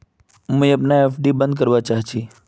मुई अपना एफ.डी बंद करवा चहची